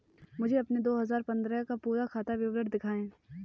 मुझे अपना दो हजार पन्द्रह का पूरा खाता विवरण दिखाएँ?